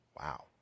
wow